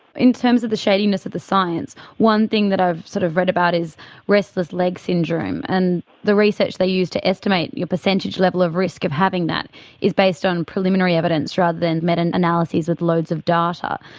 in terms of the shadiness of the science, one thing that i've sort of read about is restless leg syndrome, and the research they used to estimate your percentage level of risk of having that is based on preliminary evidence rather than meta-analyses with loads of data.